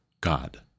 God